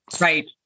Right